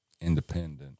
independent